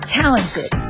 talented